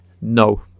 No